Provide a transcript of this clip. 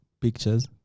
Pictures